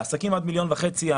לעסקים עד מיליון וחצי,